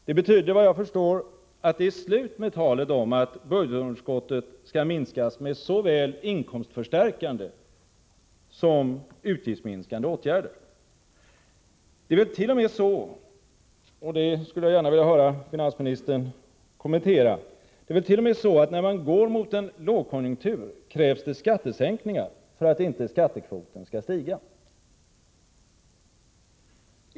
Såvitt jag förstår betyder det att det nu är slut med talet om att budgetunderskottet skall minskas med såväl inkomstförstärkande som utgiftsminskande åtgärder. Det ärt.o.m. så — det skulle jag gärna höra finansministern kommentera — att när man går mot en lågkonjunktur krävs skattesänkningar för att inte skattekvoten skall stiga.